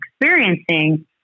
experiencing